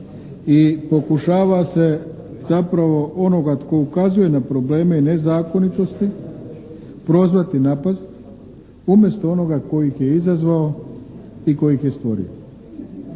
i pokušava se zapravo onoga tko ukazuje na probleme i nezakonitosti prozvati i napasti umjesto onoga tko ih je izazvao i tko ih je stvorio.